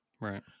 Right